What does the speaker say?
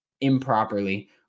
improperly